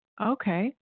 Okay